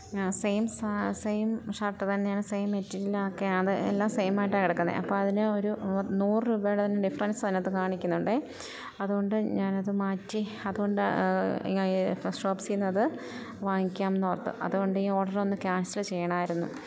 ആ same same shirt തന്നെയാണ് same മെറ്റീരിയലൊക്കെ അത് എല്ലാം സെയിമായിട്ടാണ് കിടക്കുന്നത് അപ്പം അതിന് ഒരു നൂറ് രൂപയുടെ തന്നെ ഡിഫ്രൻസ് അതിനകത്ത് കാണിക്കുന്നുണ്ട് അതുകൊണ്ട് ഞാൻ അത് മാറ്റി അതുകൊണ്ട് ഷോപ്സി നിന്ന് അത് വാങ്ങിക്കാം എന്ന് ഓർത്തു അതുകൊണ്ട് ഈ ഓർഡർ ഒന്ന് ക്യാൻസൽ ചെയ്യണമായിരുന്നു